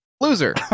Loser